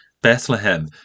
Bethlehem